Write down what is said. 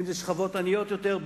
אם משכבות עניות יותר,